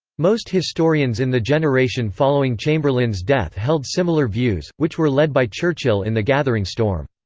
most historians in the generation following chamberlain's death held similar views, which were led by churchill in the gathering storm.